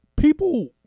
people